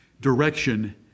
direction